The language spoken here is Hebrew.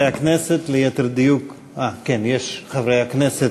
הכנסת, ליתר דיוק, כן, יש חברי הכנסת,